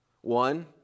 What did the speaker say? One